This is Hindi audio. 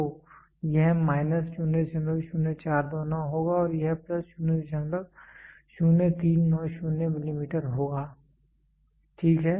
तो यह माइनस 00429 होगा और यह प्लस 00390 मिलीमीटर होगा ठीक है